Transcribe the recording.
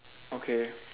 okay